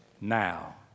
now